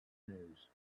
news